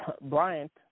Bryant